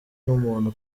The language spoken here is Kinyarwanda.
n’umuntu